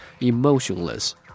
emotionless